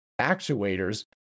actuators